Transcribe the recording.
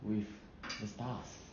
with the stars